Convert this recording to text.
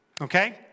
Okay